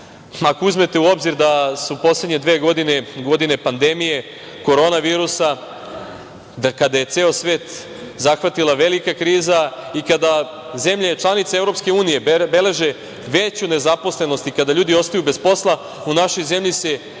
Ako uzmete u obzir da se u poslednje dve godine, godine pandemije korona virusa, da kada je ceo svet zahvatila velika kriza i kada zemlje članice EU beleže veću nezaposlenost i kada ljudi ostaju bez posla, u našoj zemlji se i